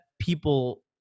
people